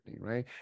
right